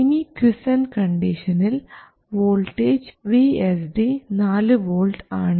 ഇനി ക്വിസെൻറ് കണ്ടീഷനിൽ voltage VSD 4 volts ആണ്